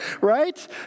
right